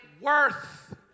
worth